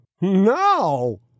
No